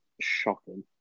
shocking